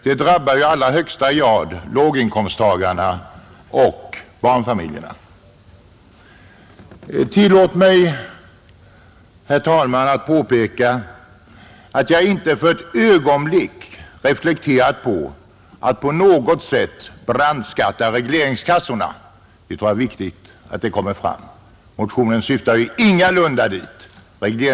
Det drabbar i allra högsta grad låginkomsttagarna och barnfamiljerna, Tillåt mig, herr talman, påpeka att jag inte för ett ögonblick reflekterar på att på något sätt brandskatta regleringskassorna — det är viktigt att detta kommer fram — och att motionen ingalunda har det syftet.